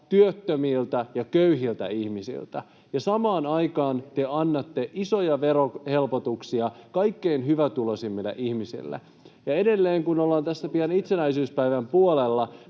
työttömiltä ja köyhiltä ihmisiltä, ja samaan aikaan te annatte isoja verohelpotuksia kaikkein hyvätuloisimmille ihmisille. Edelleen kun ollaan pian tässä itsenäisyyspäivän puolella,